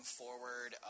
forward